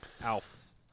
Alf